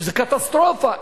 זאת קטסטרופה.